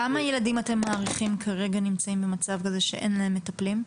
כמה ילדים אתם מעריכים נמצאים כרגע נמצאים במצב כזה שאין להם מטפלים?